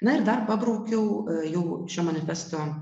na ir dar pabraukiau jų šio manifesto